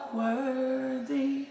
worthy